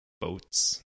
boats